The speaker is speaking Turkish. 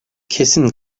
kesin